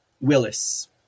Willis